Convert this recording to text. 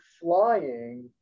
flying